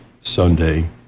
Sunday